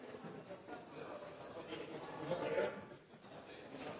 og det var